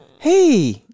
hey